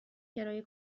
کرایه